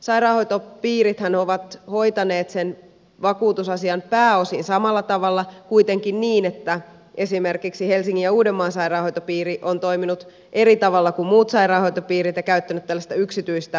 sairaanhoitopiirithän ovat hoitaneet sen vakuutusasian pääosin samalla tavalla kuitenkin niin että esimerkiksi helsingin ja uudenmaan sairaanhoitopiiri on toiminut eri tavalla kuin muut sairaanhoitopiirit ja käyttänyt tällaista yksityistä vakuutusta